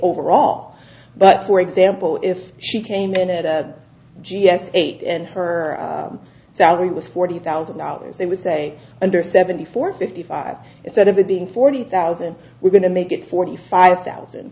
overall but for example if she came in at a g s eight and her salary was forty thousand dollars they would say under seventy four fifty five instead of it being forty thousand we're going to make it forty five thousand